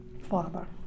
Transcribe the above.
father